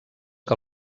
que